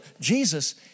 Jesus